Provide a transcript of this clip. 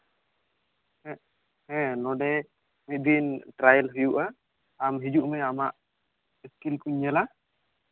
ᱦᱮᱸ ᱱᱚᱰᱮ ᱢᱤᱫ ᱫᱤᱱ ᱴᱨᱟᱭᱮᱞ ᱦᱩᱭᱩᱜᱼᱟ ᱟᱢ ᱦᱤᱡᱩᱜ ᱢᱮ ᱟᱢᱟᱜ ᱤᱥᱠᱤᱞ ᱠᱚᱧ ᱧᱮᱞᱟ